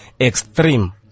extreme